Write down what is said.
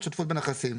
ובטח משרד המשפטים,